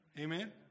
Amen